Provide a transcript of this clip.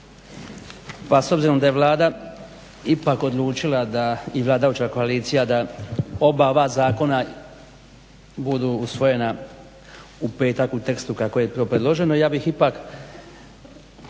Pa s obzirom da je Vlada ipak odlučila da, i vladajuća koalicija da oba ova zakona budu usvojena u petak u tekstu kako je to predloženo, ja bih ipak